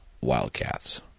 wildcats